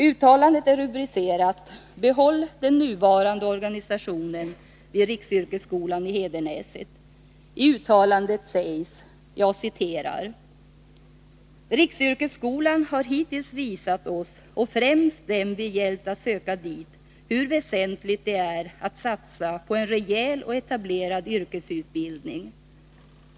Uttalandet är rubricerat ”Behåll den nuvarande organisationen vid riksyrkesskolan i Hedenäset”. I uttalandet sägs: ”Riksyrkesskolan har hittills visat oss och främst dem vi hjälpt att söka dit, hur väsentligt det är att satsa på en rejäl och etablerad yrkesutbildning.